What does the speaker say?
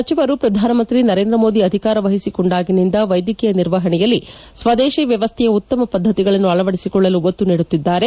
ಸಚಿವರು ಪ್ರಧಾನ ಮಂತ್ರಿ ನರೇಂದ್ರ ಮೋದಿ ಅಧಿಕಾರ ವಹಿಸಿಕೊಂಡಾಗಿನಿಂದ ವ್ಲೆದ್ಧಕೀಯ ನಿರ್ವಹಣೆಯಲ್ಲಿ ಸ್ತದೇಶಿ ವ್ಲವಸ್ಥೆಯ ಉತ್ತಮ ಪದ್ದತಿಗಳನ್ನು ಅಳವಡಿಸಿಕೊಳ್ಳಲು ಒತ್ತು ನೀಡುತ್ತಿದ್ದಾರೆ